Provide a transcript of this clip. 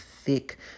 thick